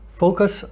focus